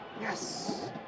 Yes